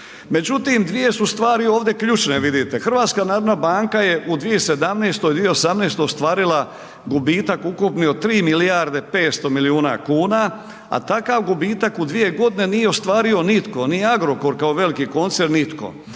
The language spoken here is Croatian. Međutim, dvije su stvari ovdje ključne vidite. HNB je u 2017., 2018. ostvarila gubitak ukupni od 3 milijarde 500 miliona kuna, a takav gubitak u 2 godine nije ostvario nitko, ni Agrokor kao veliki koncern, nitko.